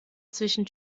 zwischen